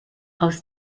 aus